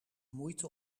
moeite